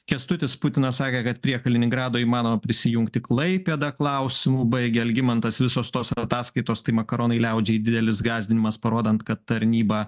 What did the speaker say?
kęstutis putinas sakė kad prie kaliningrado įmanoma prisijungti klaipėdą klausimu baigė algimantas visos tos ataskaitos tai makaronai liaudžiai didelis gąsdinimas parodant kad tarnyba